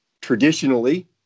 traditionally